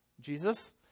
Jesus